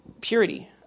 purity